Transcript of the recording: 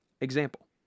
Example